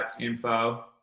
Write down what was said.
info